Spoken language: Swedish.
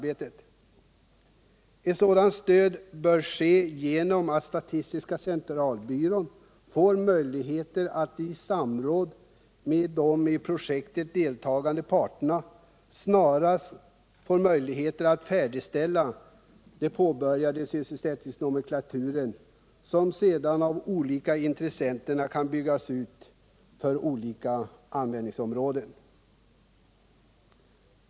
Ett sådant stöd bör ske genom att statistiska centralbyrån får möjlighet att i samråd med de i projektet deltagande parterna snarast färdigställa den påbörjade sysselsättningsnomenklaturen, som sedan av olika intressenter kan byggas på för olika användningar.